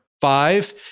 five